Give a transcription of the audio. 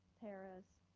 parents,